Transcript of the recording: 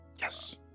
Yes